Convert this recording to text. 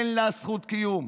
אין לה זכות קיום.